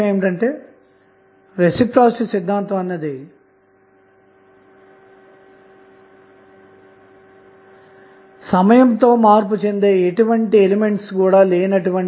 అయితే ఈ విధంగా లభించిన RL విలువ వద్ద మనకు లభించే పవర్ p యొక్క విలువ గరిష్టం గాని కనిష్టం గాని కావచ్చు